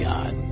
God